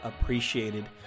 appreciated